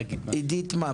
עידית מה?